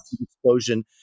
Explosion